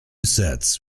sets